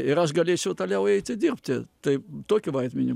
ir aš galėčiau toliau eiti dirbti tai tokį vaidmenį